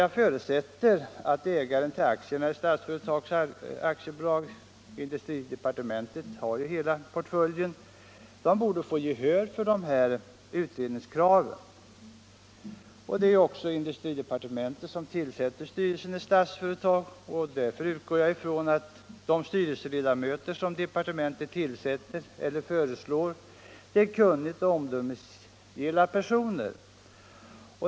Jag förutsätter att ägaren till aktierna i Statsföretag AB — industridepartementet har ju hela portföljen — borde få gehör för det här utredningskravet. Det är ju industridepartementet som tillsätter styrelsen i Statsföretag. Jag utgår från att de styrelseledamöter som departementet tillsätter eller föreslår är kunniga och omdömesgilla personer.